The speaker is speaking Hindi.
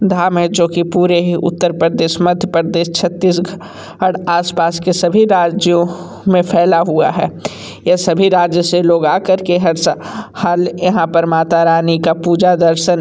धाम है जो कि पूरे ही उत्तर प्रदेश मध्य प्रदेश छत्तीसग अढ़ आस पास के सभी राज्यों में फैला हुआ है ये सभी राज्यों से लोग आ कर के हर सा ल यहाँ पर माता रानी का पूजा दर्शन